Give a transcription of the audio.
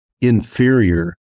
inferior